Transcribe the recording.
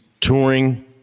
touring